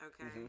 Okay